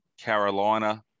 Carolina